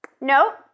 No